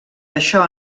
això